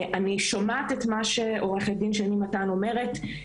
אני שומעת אתמה שעו"ד שני מתן אומרת,